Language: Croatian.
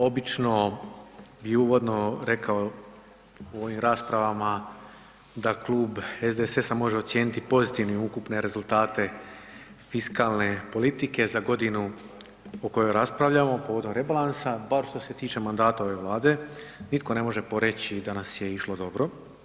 Obično i uvodno rekao u ovim raspravama da Klub SDSS-a može ocijeniti pozitivnim ukupne rezultate fiskalne politike za godinu u kojoj raspravljamo povodom rebalansa, bar što se tiče mandata ove Vlade, nitko ne može poreći da nas je išlo dobro.